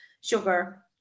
sugar